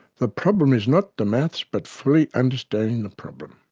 the problem is not the maths but fully understanding the problem.